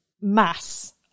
mass